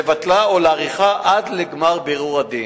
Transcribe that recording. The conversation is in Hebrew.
לבטלה או להאריכה עד לגמר בירור הדין.